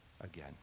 again